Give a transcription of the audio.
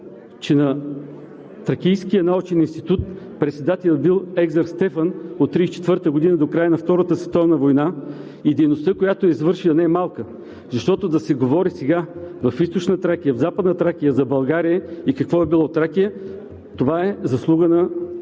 на Тракийския научен институт е бил Екзарх Стефан от 1934 г. до края на Втората световна война и дейността, която извършва, не е малка. Защото да се говори сега в Източна Тракия и в Западна Тракия за България и какво е било Тракия това е заслуга на